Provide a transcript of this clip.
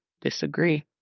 disagree